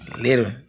little